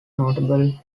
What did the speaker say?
notable